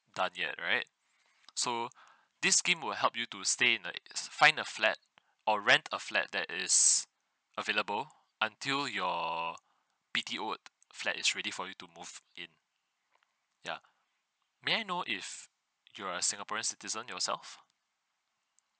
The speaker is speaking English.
done yet right so this scheme will help you to stay in the find the flat or rent a flat that is available until your B_T_O flat is ready for you to move in ya may I know if you are a singaporean citizen yourself